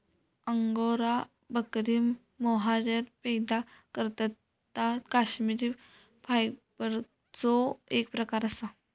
angora बकरी mohair पैदा करतत ता कश्मिरी फायबरचो एक प्रकार असा